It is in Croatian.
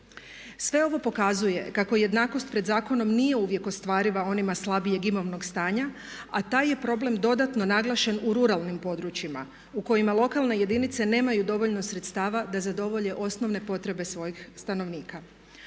Sve ovo pokazuje kako jednakost pred zakonom nije uvijek ostvariva onima slabijeg imovnog stanja a taj je problem dodatno naglašen u ruralnim područjima u kojima lokalne jedinice nemaju dovoljno sredstava da zadovolje osnovne potrebe svojih stanovnika.